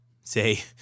say